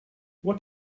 what